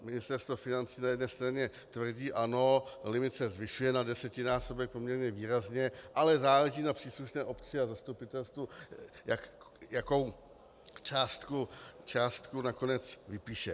Ministerstvo financí na jedné straně tvrdí ano, limit se zvyšuje na desetinásobek poměrně výrazně, ale záleží na příslušné obci a zastupitelstvu, jakou částku nakonec vypíše.